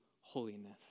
holiness